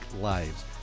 lives